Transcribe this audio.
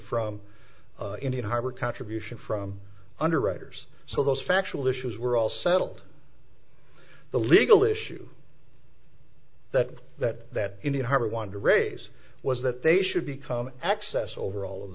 from indian harbor contribution from underwriters so those factual issues were all settled the legal issue that that that indeed her wanted to raise was that they should become access over all of